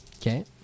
Okay